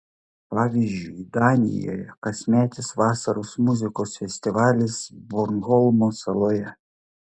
pavyzdžiui danijoje kasmetis vasaros muzikos festivalis bornholmo saloje